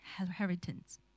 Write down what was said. inheritance